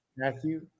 Matthew